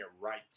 right